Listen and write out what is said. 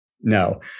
no